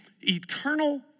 eternal